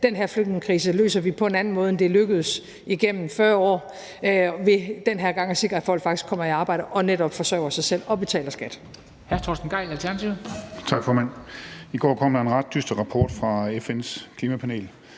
den her flygtningekrise på en anden måde, end det er lykkedes at gøre gennem 40 år, ved denne gang at sikre, at folk faktisk kommer i arbejde og netop forsørger sig selv og betaler skat.